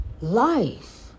Life